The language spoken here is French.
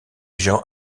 jean